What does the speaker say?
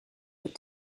were